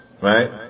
Right